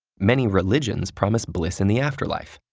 many religions promise bliss in the afterlife,